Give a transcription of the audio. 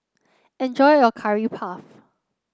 enjoy your Curry Puff